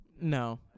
No